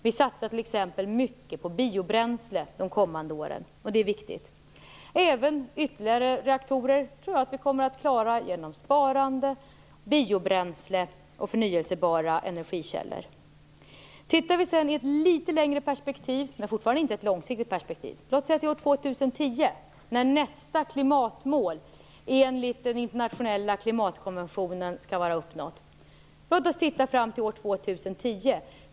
Vi satsar t.ex. mycket på biobränslen under de kommande åren. Det är viktigt. Jag tror att vi även kan klara av att ersätta ytterligare reaktorer genom sparande, biobränsle och förnybara energikällor. Vi kan titta i ett litet längre perspektiv - men fortfarande är det inte ett långsiktigt perspektiv. Nästa klimatmål skall enligt den internationella klimatkonventionen vara uppnått 2010. Låt oss titta fram till år 2010.